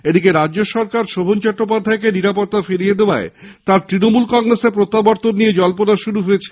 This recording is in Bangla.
এদিকে রাজ্য সরকার শোভন চট্টোপাধ্যায় কে নিরাপত্তা ফিরিয়ে দেওয়ায় তাঁর তৃণমূল কংগ্রেসে প্রত্যাবর্তন নিয়ে জল্পনা শুরু হয়েছে